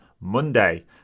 monday